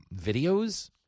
videos